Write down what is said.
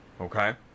Okay